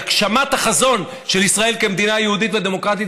להגשמת החזון של ישראל כמדינה יהודית ודמוקרטית,